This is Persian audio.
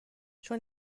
چون